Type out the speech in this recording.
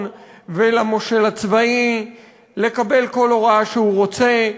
ולמושל הצבאי לקבל כל הוראה שהוא רוצה.